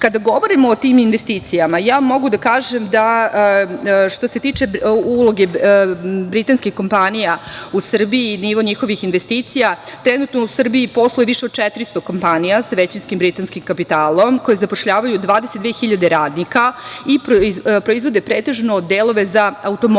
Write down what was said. govorimo o tim investicijama, ja mogu da kažem što se tiče uloge britanskih kompanija u Srbiji i nivo njihovih investicija, trenutno u Srbiji posluje više od 400 kompanija sa većinskim britanskim kapitalom koji zapošljavaju 22.000 radnika i proizvode pretežno delove za automobilsku